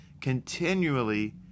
continually